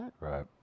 Right